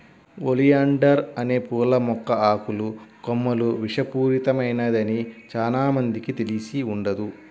oleander అనే పూల మొక్క ఆకులు, కొమ్మలు విషపూరితమైనదని చానా మందికి తెలిసి ఉండదు